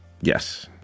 Yes